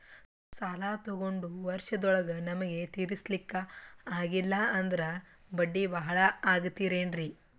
ಸಾಲ ತೊಗೊಂಡು ವರ್ಷದೋಳಗ ನಮಗೆ ತೀರಿಸ್ಲಿಕಾ ಆಗಿಲ್ಲಾ ಅಂದ್ರ ಬಡ್ಡಿ ಬಹಳಾ ಆಗತಿರೆನ್ರಿ?